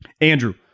Andrew